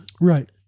Right